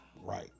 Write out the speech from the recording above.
right